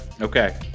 Okay